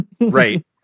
right